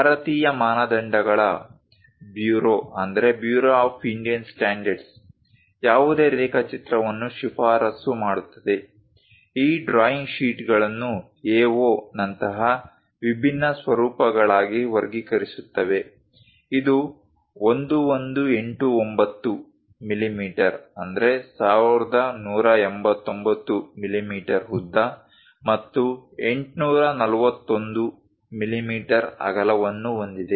ಭಾರತೀಯ ಮಾನದಂಡಗಳ ಬ್ಯೂರೋ ಯಾವುದೇ ರೇಖಾಚಿತ್ರವನ್ನು ಶಿಫಾರಸು ಮಾಡುತ್ತವೆ ಈ ಡ್ರಾಯಿಂಗ್ ಶೀಟ್ಗಳನ್ನು A0 ನಂತಹ ವಿಭಿನ್ನ ಸ್ವರೂಪಗಳಾಗಿ ವರ್ಗೀಕರಿಸುತ್ತವೆ ಇದು 1189 ಮಿಲಿಮೀಟರ್ ಉದ್ದ ಮತ್ತು 841 ಮಿಲಿಮೀಟರ್ ಅಗಲವನ್ನು ಹೊಂದಿದೆ